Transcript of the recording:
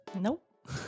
Nope